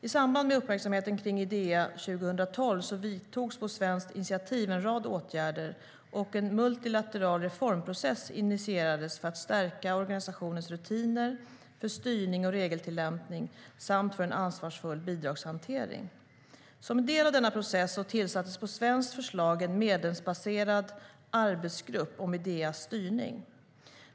I samband med uppmärksamheten kring Idea 2012 vidtogs på svenskt initiativ en rad åtgärder och en multilateral reformprocess initierades för att stärka organisationens rutiner för styrning och regeltillämpning samt för en ansvarsfull bidragshantering. Som en del av denna process tillsattes på svenskt förslag en medlemsstatsbaserad arbetsgrupp om Ideas styrning.